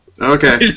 Okay